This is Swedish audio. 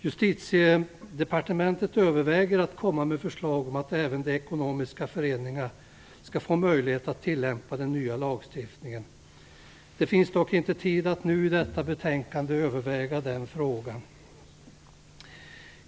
Justitiedepartementet överväger att komma med förslag om att även ekonomiska föreningar skall få möjlighet att tillämpa den nya lagstiftningen. Det finns dock inte tid att nu i detta betänkande överväga den frågan.